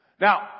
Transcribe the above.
Now